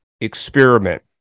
experiment